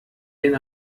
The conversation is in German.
den